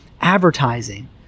advertising